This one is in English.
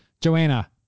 joanna